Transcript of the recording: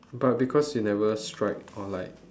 but because you never strike or like